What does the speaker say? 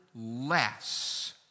less